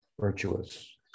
virtuous